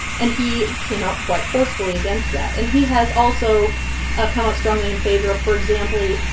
and he came out quite forcefully against that. and he has also ah come out strongly in favor of, for example,